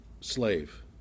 slave